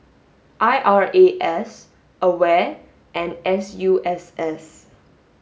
I R A S AWARE and S U S S